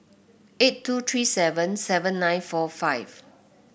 eight two three seven seven nine four five